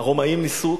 הרומאים ניסו,